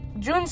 June